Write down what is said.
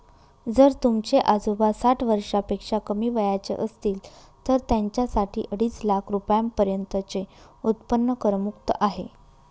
जर तुमचे आजोबा साठ वर्षापेक्षा कमी वयाचे असतील तर त्यांच्यासाठी अडीच लाख रुपयांपर्यंतचे उत्पन्न करमुक्त आहे